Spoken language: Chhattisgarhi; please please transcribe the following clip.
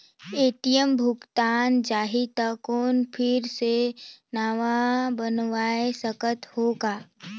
ए.टी.एम भुलाये जाही तो कौन फिर से नवा बनवाय सकत हो का?